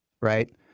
right